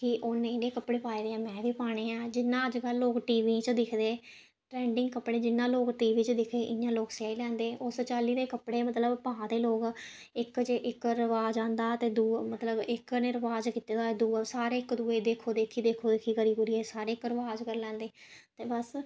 कि उन्न एह् नेह् कपड़े पाए दे ऐ में बी पाने ऐ जियां अज्ज कल लोक टी वी च दिखदे ट्रैंडिंग कपड़े जियां लोक टी वी च दिखदे इ'यां लोग सेआई लैंदे उस चाल्ली दे कपड़े मतलब पा दे लोक इक च इक रवाज़ आंदा ते सारे दूए मतलब इक ने रवाज कीती दा होए दूआ सारे इक दूए देखो देखी देखो देखी करी करियै इक रवाज़ करी लैंदे ते बस